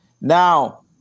Now